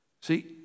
see